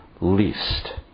least